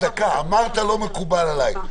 אמרת שזה לא מקובל עליך,